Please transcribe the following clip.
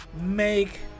make